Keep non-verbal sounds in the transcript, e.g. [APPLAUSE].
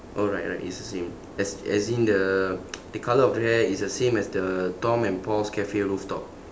alright right it's the same as as in the [NOISE] the colour of the hair is the same as the tom and paul's cafe rooftop